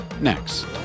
next